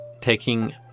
taking